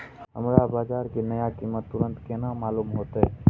हमरा बाजार के नया कीमत तुरंत केना मालूम होते?